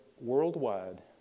worldwide